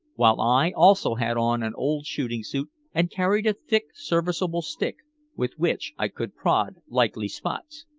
while i also had on an old shooting-suit and carried a thick serviceable stick with which i could prod likely spots.